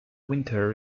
winter